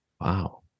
Wow